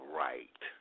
right